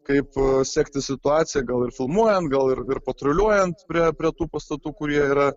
kaip sekti situaciją gal ir filmuojant gal ir ir patruliuojant prie prie tų pastatų kurie yra